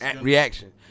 reaction